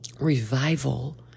revival